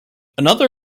another